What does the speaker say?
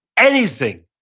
anything,